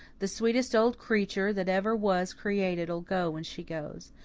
the sweetest old creetur that ever was created'll go when she goes.